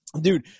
dude